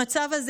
במצב הזה,